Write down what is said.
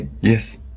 yes